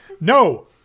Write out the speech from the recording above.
No